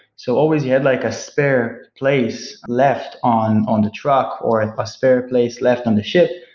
so always you had like a spare place left on on the truck or and a spare place left on the ship.